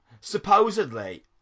supposedly